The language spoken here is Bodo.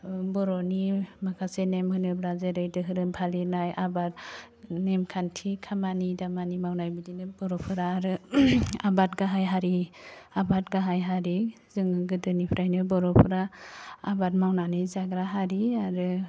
बर'नि माखासे नेम होनोब्ला जेरै दोहोरोम फालिनाय आबाद नेमखान्थि खामानि दामानि मावनाय बिदिनो बर'फोरा आरो आबाद गाहाय हारि आबाद गाहाय हारि जोङो गोदोनिफ्रायनो बर'फ्रा आबाद मावनानै जाग्रा हारि आरो